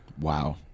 Wow